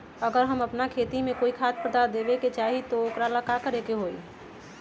अगर हम अपना खेती में कोइ खाद्य पदार्थ देबे के चाही त वो ला का करे के होई?